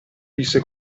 disse